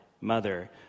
mother